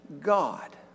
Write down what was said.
God